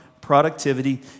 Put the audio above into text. productivity